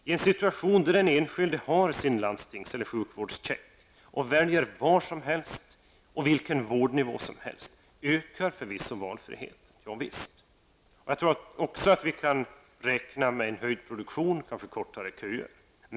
I en situation där den enskilde har sin landstings eller sjukvårdscheck och får välja sjukvård var som helst och vilken vårdnivå som helst, ökar förvisso valfriheten. Jag tror att vi även kan räkna med en höjning av produktionen och kanske även kortare köer.